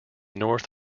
north